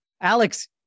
Alex